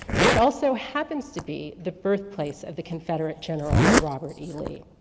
which also happens to be the birthplace of the confederate, general robert e. lee.